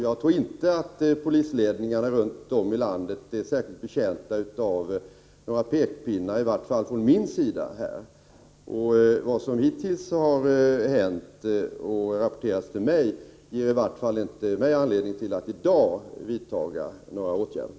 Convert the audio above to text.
Jag tror inte att polisledningarna runt om i landet är särskilt betjänta av pekpinnar, i varje fall från min sida. Vad som hittills har hänt och rapporterats till mig ger mig ingen anledning att i dag vidta några åtgärder.